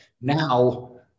now